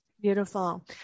Beautiful